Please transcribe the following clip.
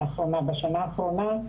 בשנה האחרונה,